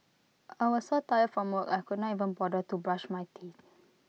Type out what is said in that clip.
I was so tired from work I could not even bother to brush my teeth